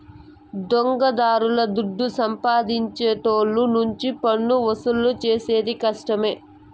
దొంగదారుల దుడ్డు సంపాదించేటోళ్ళ నుంచి పన్నువసూలు చేసేది కష్టమే